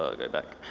ah go back.